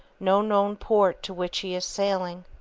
no known port to which he is sailing.